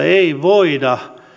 ei voida